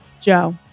Joe